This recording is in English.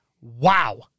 wow